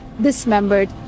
dismembered